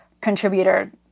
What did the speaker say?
contributor